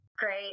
Great